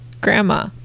Grandma